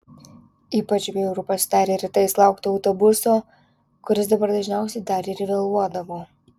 ypač bjauru pasidarė rytais laukti autobuso kuris dabar dažniausiai dar ir vėluodavo